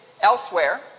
elsewhere